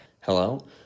Hello